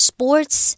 Sports